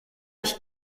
ich